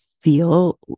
feel